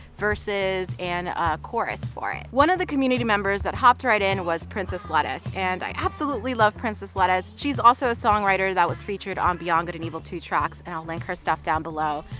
verses and a chorus for it. one of the community members that hopped right in was princesslettuce. and i absolutely love princesslettuce! she's also a songwriter that was featured in um beyond good and evil two tracks and i'll link her stuff down below.